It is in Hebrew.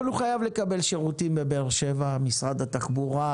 אבל הוא חייב לקבל שירותים בבאר שבע משרד התחבורה,